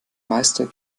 meister